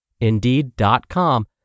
Indeed.com